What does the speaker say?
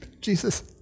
Jesus